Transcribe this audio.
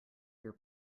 your